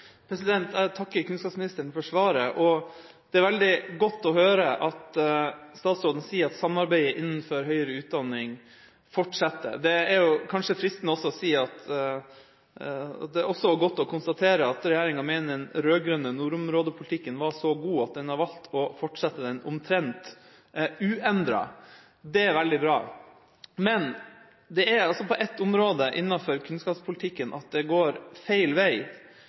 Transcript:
Jeg takker kunnskapsministeren for svaret. Det er veldig godt å høre at statsråden sier at samarbeidet innenfor høyere utdanning fortsetter. Det er kanskje fristende å si at det også er godt å konstatere at regjeringa mener den rød-grønne nordområdepolitikken var så god at en har valgt å fortsette den omtrent uendret. Det er veldig bra, men det er altså på ett område, innenfor kunnskapspolitikken, at det går feil vei.